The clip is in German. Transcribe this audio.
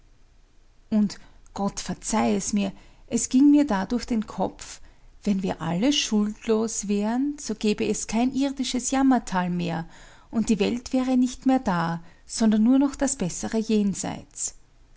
und gott verzeih es mir es ging mir da durch den kopf wenn wir alle schuldlos wären so gäbe es kein irdisches jammertal mehr und die welt wäre nicht mehr da sondern nur noch das bessere jenseits